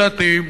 הצעתי,